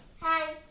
Hi